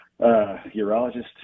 urologist